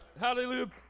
Hallelujah